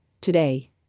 Today